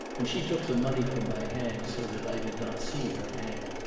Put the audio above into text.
and she took the money from my hand so that i did not see her aunt.